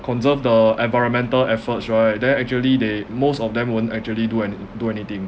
conserve the environmental efforts right then actually they most of them won't actually do any~ do anything